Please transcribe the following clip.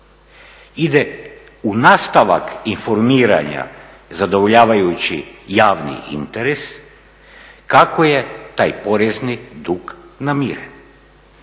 ide u nastavak informiranja zadovoljavajući javni interes kako je taj porezni dug namiren.